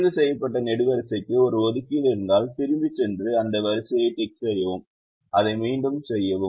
தேர்வுசெய்யப்பட்ட நெடுவரிசைக்கு ஒரு ஒதுக்கீடு இருந்தால் திரும்பிச் சென்று அந்த வரிசையைத் டிக் செய்யவும் அதை மீண்டும் செய்யவும்